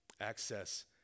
Access